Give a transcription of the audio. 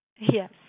Yes